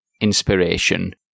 inspiration